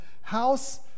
house